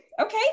okay